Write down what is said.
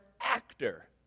actor